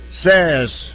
says